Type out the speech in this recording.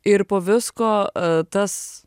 ir po visko tas